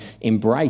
embrace